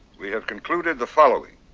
we have concluded the following.